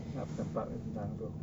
nak tempat yang tu